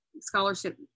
scholarship